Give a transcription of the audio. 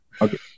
Okay